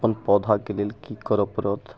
अपन पौधाके लेल की पड़त